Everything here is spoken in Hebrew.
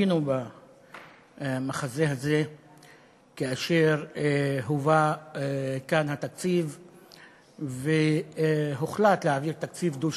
היינו במחזה הזה כאשר הובא לכאן התקציב והוחלט להעביר תקציב דו-שנתי.